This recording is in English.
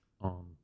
on